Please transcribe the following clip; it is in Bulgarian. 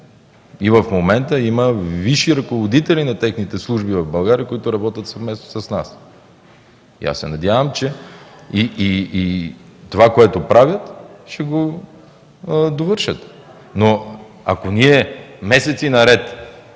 И в момента има висши ръководители на техните служби в България, които работят съвместно с нас и аз се надявам, че това, което правят, ще го довършат. Но, ако месеци наред